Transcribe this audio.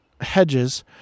hedges